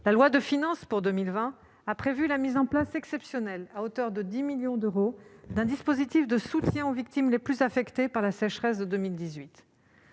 la loi de finances pour 2020 a prévu la mise en place exceptionnelle, à hauteur de 10 millions d'euros, d'un dispositif de soutien aux victimes les plus affectées par la sécheresse de 2018.